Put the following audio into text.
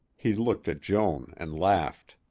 he looked at joan and laughed.